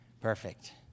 Perfect